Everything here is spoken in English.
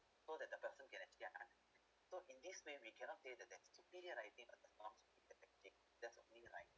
so that the person can actually un~ so in this way we cannot say that the superior writing or the non superior writing that's only write